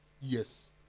Yes